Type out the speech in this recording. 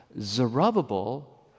Zerubbabel